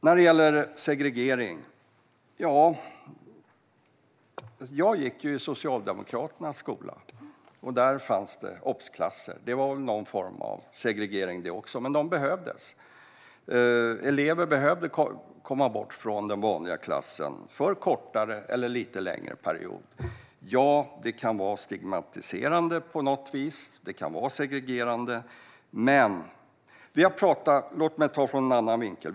När det gäller segregering gick jag i Socialdemokraternas skola, och där fanns det obsklasser. Det var väl någon form av segregering det också, men de behövdes. Elever behövde komma bort från den vanliga klassen, för en kortare eller lite längre period. Ja, det kan vara stigmatiserande på något sätt, och det kan vara segregerande. Men låt mig ta det från en annan vinkel.